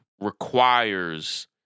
requires